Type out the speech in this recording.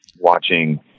Watching